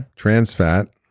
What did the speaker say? trans fat,